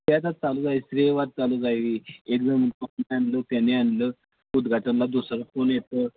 ते आता चालूच आहे श्रेयवाद चालूच हाय वी एकजण आणलं त्याने आणलं उद्घाटनाला दुसरंच कोण येतं